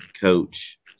coach